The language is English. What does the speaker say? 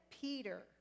peter